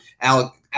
Alex